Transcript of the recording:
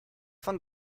von